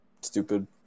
stupid